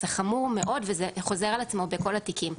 זה חמור מאוד, וזה חוזר על עצמו בכל התיקים.